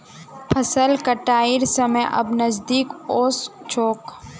फसल कटाइर समय अब नजदीक ओस छोक